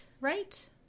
right